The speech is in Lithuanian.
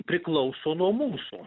priklauso nuo mūsų